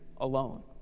alone